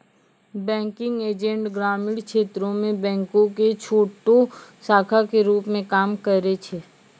banking agent ग्रामीण क्षेत्रो मे बैंको के छोटो शाखा के रुप मे काम करै छै